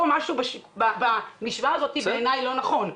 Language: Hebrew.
משהו במשוואה הזו בעיני לא נכון,